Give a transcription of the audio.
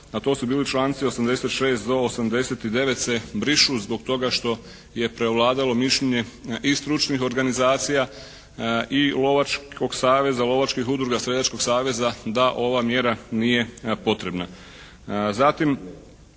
a to su bili članci 86. do 89. se brišu zbog toga što je prevladalo mišljenje i stručnih organizacija i Lovačkog saveza, lovačkih udruga seljačkog saveza da ova mjera nije potrebna.